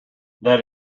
that